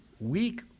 weak